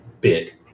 big